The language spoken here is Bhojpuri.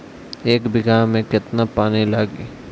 एक बिगहा में केतना पानी लागी?